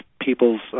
people's